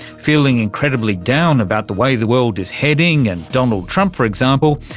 feeling incredibly down about the way the world is heading and donald trump, for example,